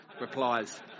replies